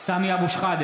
(קורא בשמות חברי הכנסת) סמי אבו שחאדה,